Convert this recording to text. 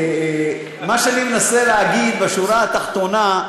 מה שאני מנסה להגיד לכם, בשורה התחתונה,